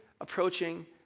approaching